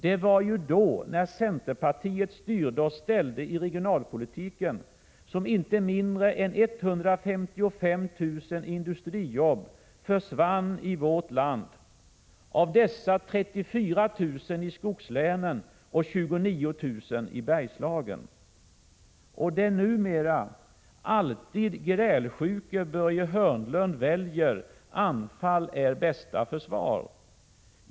Det var ju då, när centerpartiet styrde och ställde i regionalpolitiken, som inte mindre än 155 000 industrijobb försvann i vårt land — 34 000 av dessa i skogslänen och 29 000 i Bergslagen. Och den numera alltid grälsjuke Börje Hörnlund väljer anfall som bästa försvar.